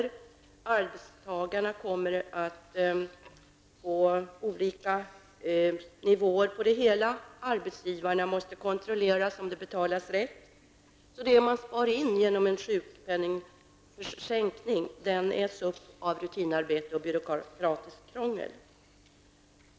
Det kommer för arbetstagarna att bli olika nivåer, och man måste kontrollera att arbetsgivarna betalar rätt. Det man spar in genom en sänkning av sjukpenningen, äts i stället upp av rutinarbete och byråkratiskt krångel.